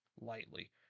lightly